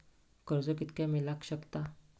कर्ज कितक्या मेलाक शकता?